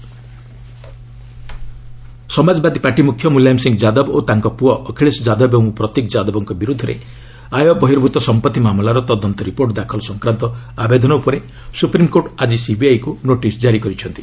SC Mulayam Samajwadi party ମୁଖ୍ୟ ମୁଲାୟମ ସିଂ ଯାଦବ ଓ ତାଙ୍କ ପୁଅ ଅଖିଳେଶ ଯାଦବ ଏବଂ ପ୍ରତୀକ୍ ଯାଦବଙ୍କ ବିରୁଦ୍ଧରେ ଆୟ ବହିର୍ଭୁତ ସମ୍ପତ୍ତି ମାମଲାର ତଦନ୍ତ ରିପୋର୍ଟ ଦାଖଲ ସଂକ୍ରାନ୍ତ ଆବେଦନ ଉପରେ ସୁପ୍ରିମ୍କୋର୍ଟ ଆକି ସିବିଆଇକୁ ନୋଟିସ୍ ଜାରି କରିଛନ୍ତି